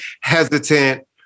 hesitant